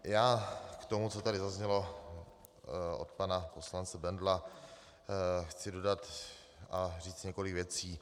Já k tomu, co tady zaznělo od pana poslance Bendla, chci dodat a říct několik věcí.